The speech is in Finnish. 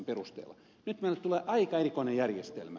nyt meille tulee aika erikoinen järjestelmä